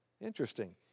Interesting